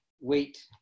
wait